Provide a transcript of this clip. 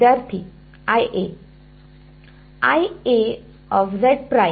विद्यार्थीः I A